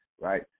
right